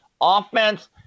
offense